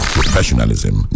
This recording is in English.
Professionalism